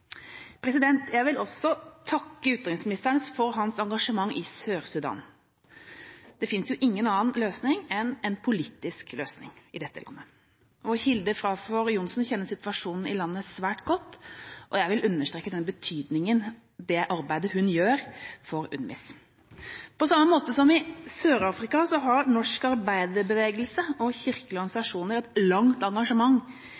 Jeg vil også takke utenriksministeren for hans engasjement i Sør-Sudan. Det finnes ingen annen løsning enn en politisk løsning i dette landet. Hilde Frafjord Johnson kjenner situasjonen i landet svært godt, og jeg vil understreke betydningen av det arbeidet hun gjør for UNMISS. På samme måte som i Sør-Afrika har norsk arbeiderbevegelse og